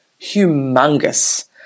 humongous